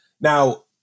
Now